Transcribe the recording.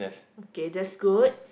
okay that's good